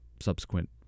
subsequent